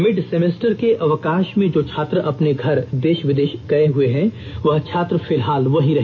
mid semester के अवकाश में जो छात्र अपने घर देश विदेश गए हुए है वह छात्र फिलहाल वहीं रहे